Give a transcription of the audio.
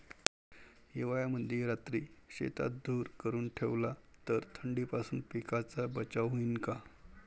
हिवाळ्यामंदी रात्री शेतात धुर करून ठेवला तर थंडीपासून पिकाचा बचाव होईन का?